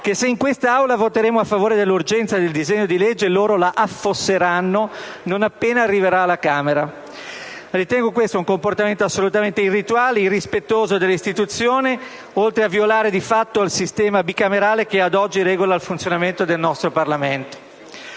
che se in quest'Aula voteremo a favore dell'urgenza del disegno di legge loro l'affosseranno non appena arriverà alla Camera. Ritengo questo un comportamento assolutamente irrituale e irrispettoso delle istituzioni, oltre a violare di fatto il sistema bicamerale che a oggi regola il funzionamento del nostro Parlamento.